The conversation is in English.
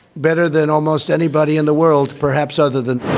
better than almost anybody in the world perhaps other than